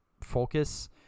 focus